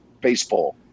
baseball